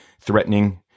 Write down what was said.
threatening